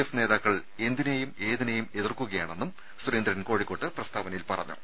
F നേതാക്കൾ എന്തിനെയും ഏതിനേയും എതിർക്കുകയാണെന്നും സുരേന്ദ്രൻ കോഴിക്കോട്ട് പ്രസ്താവനയിൽ പറഞ്ഞു